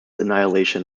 annihilation